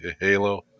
halo